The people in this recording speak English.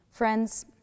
Friends